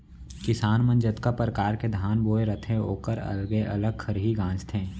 किसान मन जतका परकार के धान बोए रथें ओकर अलगे अलग खरही गॉंजथें